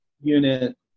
unit